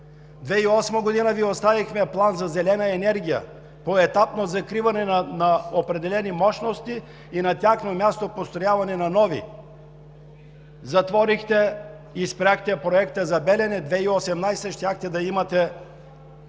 2008 г. Ви оставихме план за зелена енергия, поетапно закриване на определени мощности и на тяхно място построяване на нови. Затворихте и спряхте Проекта за Белене – 2018 г. щяхте да имате